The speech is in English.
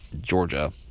Georgia